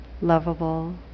lovable